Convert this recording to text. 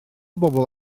bobl